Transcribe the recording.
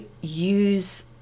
use